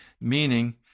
meaning